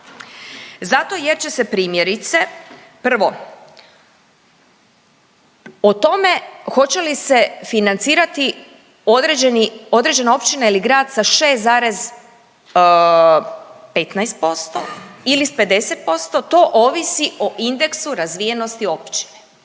Zato jer će se primjerice, prvo o tome hoće li se financirati određena općina ili grad sa 6,15% ili s 50%, to ovisi o indeksu razvijenosti općine.